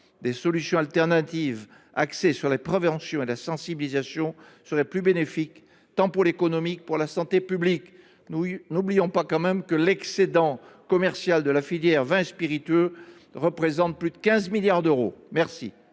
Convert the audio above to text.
Des solutions alternatives axées sur la prévention et la sensibilisation seraient plus bénéfiques tant pour l’économie que pour la santé publique. N’oublions pas que l’excédent commercial de la filière vins et spiritueux représente plus de 15 milliards d’euros. Je